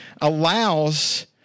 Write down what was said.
allows